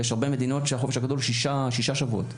יש הרבה מדינות שהחופש הגדול הוא שישה שבועות.